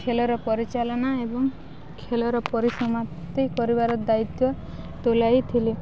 ଖେଳର ପରିଚାଳନା ଏବଂ ଖେଳର ପରିସମାପ୍ତି କରିବାର ଦାୟିତ୍ୱ ତୁଲାଇଥିଲି